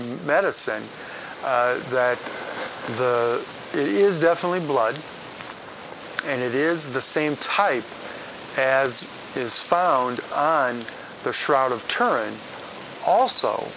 medicine and that it is definitely blood and it is the same type as is found in the shroud of turn also